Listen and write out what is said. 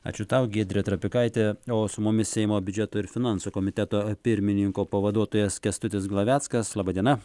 ačiū tau giedrė trapikaitė o su mumis seimo biudžeto ir finansų komiteto pirmininko pavaduotojas kęstutis glaveckas laba diena